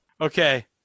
Okay